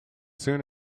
soon